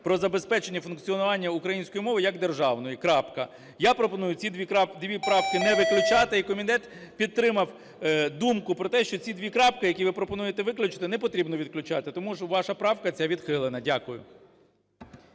"Про забезпечення функціонування української мови як державної.", крапка. Я пропоную ці дві крапки не виключати і комітет підтримав думку про те, що ці дві крапки, які ви пропонуєте виключити, не потрібно виключати, тому ваша правка ця відхилена. Дякую.